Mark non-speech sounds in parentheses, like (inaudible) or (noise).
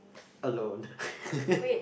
alone (laughs)